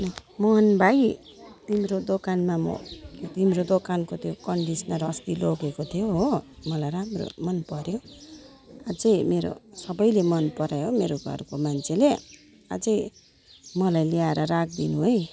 मोहन भाइ तिम्रो दोकानमा म तिम्रो दोकानको त्यो कन्डिसनर अस्ति लगेको थिएँ हो मलाई राम्रो मनपर्यो अझै मेरो सबैले मनपरायो मेरो घरको मान्छेले अझै मलाई ल्याएर राखिदिनु है